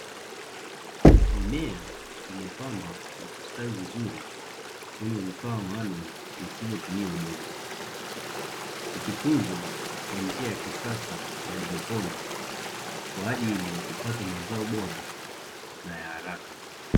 Mimea imepandwa na kustawi vizuri kwenye vifaa maalumu, visivyotumia udongo. Ikitunzwa kwa njia ya kisasa ya haidroponi kwa ajili ya kupata mazao bora na ya haraka.